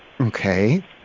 Okay